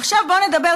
עכשיו, בואו נדבר.